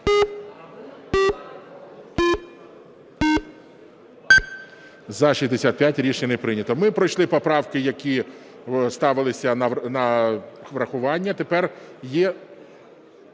За-65 Рішення не прийнято. Ми пройшли поправки, які ставилися на врахування. Тепер є,